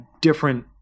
different